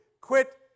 Quit